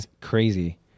crazy